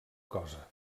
cosa